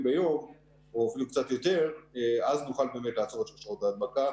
ביום או אפילו קצת יותר אז נוכל באמת לעצור את שרשראות ההדבקה.